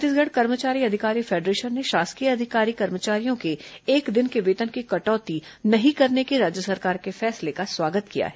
छत्तीसगढ़ कर्मचारी अधिकारी फेडरेशन ने शासकीय अधिकारी कर्मचारियों के एक दिन के वेतन की कटौती नहीं करने के राज्य सरकार के फैसले का स्वागत किया है